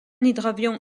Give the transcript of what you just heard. hydravion